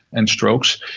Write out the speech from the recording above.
and strokes.